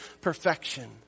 perfection